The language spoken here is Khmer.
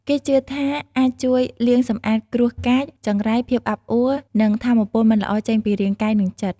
គេជឿថាអាចជួយ លាងសម្អាតគ្រោះកាច ចង្រៃ ភាពអាប់អួ និងថាមពលមិនល្អចេញពីរាងកាយ និងចិត្ត។